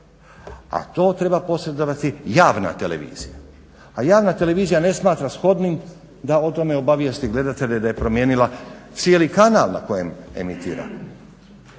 a to treba posredovati javna televizija. A javna televizija ne smatra shodnim da o tome obavijesti gledatelje da je promijenila cijeli kanal na kojem emitira,